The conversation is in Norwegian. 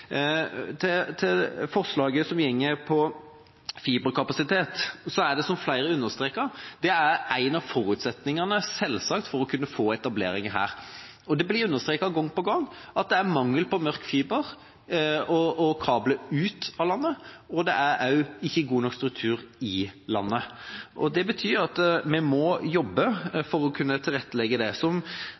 det gjelder forslaget som går på fiberkapasitet, er det, som flere har understreket, en av forutsetningene – selvsagt – for å kunne få etablering her. Det blir understreket gang på gang at det er mangel på mørk fiber og kabler ut av landet, og det er heller ikke god nok struktur i landet. Det betyr at vi må jobbe for å kunne tilrettelegge for det. Som